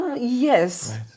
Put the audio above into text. Yes